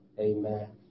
Amen